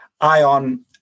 Ion